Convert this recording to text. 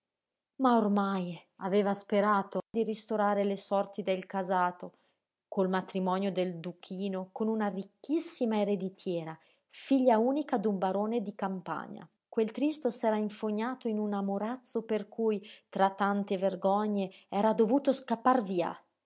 ma ormai aveva sperato di ristorare le sorti del casato col matrimonio del duchino con una ricchissima ereditiera figlia unica d'un barone di campagna quel tristo s'era infognato in un amorazzo per cui tra tante vergogne era dovuto scappar via